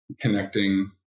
connecting